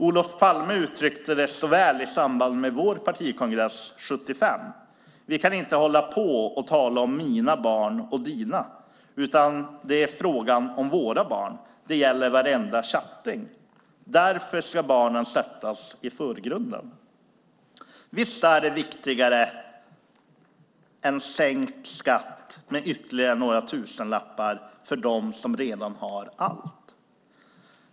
Olof Palme uttryckte det väl i samband med vår partikongress 1975: "Man kan inte . hålla på och tala om mina barn och dina, utan det är fråga om våra barn - det gäller varenda tjatting. Därför ska barnen sättas i förgrunden." Visst är detta viktigare än sänkt skatt med ytterligare några tusenlappar för dem som redan har allt.